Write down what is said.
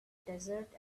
desert